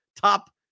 top